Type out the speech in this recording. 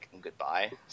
goodbye